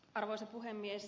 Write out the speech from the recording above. arvoisa puhemies